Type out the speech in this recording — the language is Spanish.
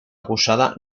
acusada